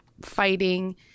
fighting